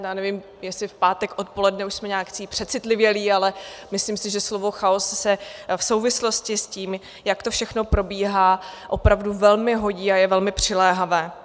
Já nevím, jestli v pátek odpoledne už jsme nějací přecitlivělí, ale myslím si, že slovo chaos se v souvislosti s tím, jak to všechno probíhá, opravdu velmi hodí a je velmi přiléhavé.